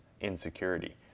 insecurity